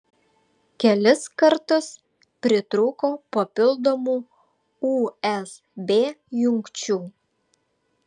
kelis kartus pritrūko papildomų usb jungčių